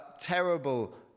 terrible